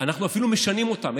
אנחנו אפילו משנים אותן.